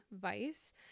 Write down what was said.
Vice